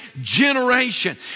generation